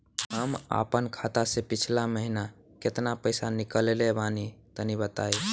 हम आपन खाता से पिछला महीना केतना पईसा निकलने बानि तनि बताईं?